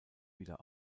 wieder